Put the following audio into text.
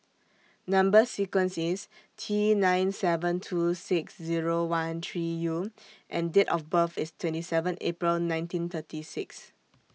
Number sequence IS T nine seven two six Zero one three U and Date of birth IS twenty seven April nineteen thirty six